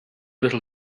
little